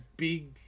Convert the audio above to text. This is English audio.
big